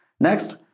Next